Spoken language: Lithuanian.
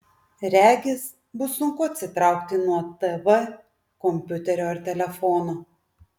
regis bus sunku atsitraukti nuo tv kompiuterio ar telefono